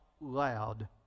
loud